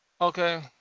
Okay